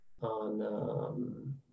on